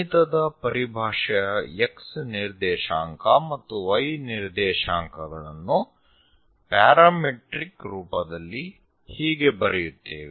ಗಣಿತದ ಪರಿಭಾಷೆಯ X ನಿರ್ದೇಶಾಂಕ ಮತ್ತು Y ನಿರ್ದೇಶಾಂಕಗಳನ್ನು ಪ್ಯಾರಾಮೀಟ್ರಿಕ್ ರೂಪದಲ್ಲಿ ಹೀಗೆ ಬರೆಯುತ್ತೇವೆ